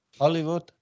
Hollywood